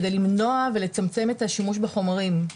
כדי למנוע ולצמצם את השימוש בחומרים.